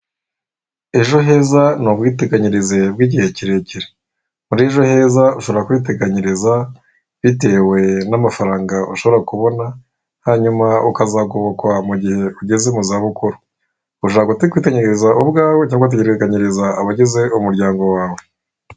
Ejo heza ni ubwiteganyirize bw'igihe kirekire. Muri ejo heza ushobora kwiteganyiriza bitewe n'amafaranga ushobora kubona, hanyuma ukazagobokwa mu gihe ugeze mu zabukuru. Ushora kwiteganyiriza ubwawe, cyangwa ugateganyiriza abagize umuryango wawe.